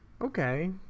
Okay